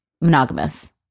monogamous